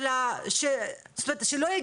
תודה רבה.